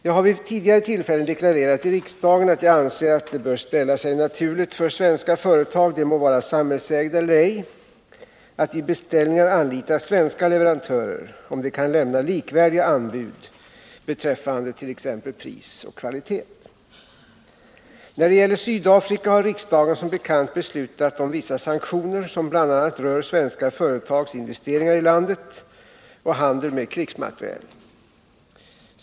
Jag har vid tidigare tillfällen deklarerat i riksdagen att jag anser att det bör ställa sig naturligt för svenska företag, de må vara samhällsägda eller ej, att vid beställningar anlita svenska leverantörer om de kan lämna likvärdiga anbud beträffande t.ex. pris och kvalitet. När det gäller Sydafrika har riksdagen som bekant beslutat om vissa sanktioner som bl.a. rör svenska företags investeringar i landet och handel med krigsmateriel.